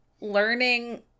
learning